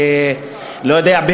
לא יודע,